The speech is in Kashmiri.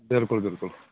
بِلکُل بِلکُل